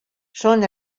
són